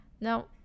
Now